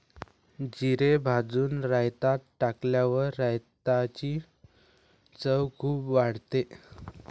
जिरे भाजून रायतात टाकल्यावर रायताची चव खूप वाढते